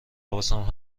حواسم